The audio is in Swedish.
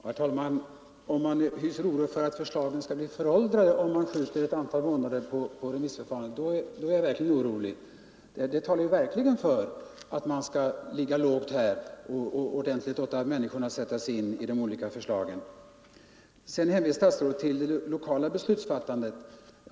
Herr talman! Om man befarar att förslagen skall bli föråldrade ifall man skjuter på remissförfarandet ett antal månader, blir jag verkligen orolig. Detta talar sannerligen för att man skall ligga lågt och låta människorna ordentligt sätta sig in i de olika förslagen. Statsrådet hänvisade också till det lokala beslutsfattandet.